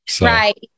Right